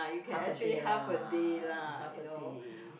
half a day lah half a day